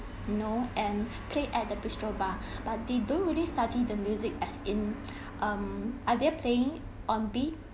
you know and played at the bistro bar but they don't really study the music as in um are they're playing on beat